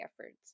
efforts